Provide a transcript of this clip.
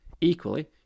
Equally